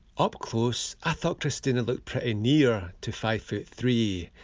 up close, i thought christina looked pretty near to five foot three.